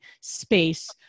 space